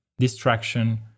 Distraction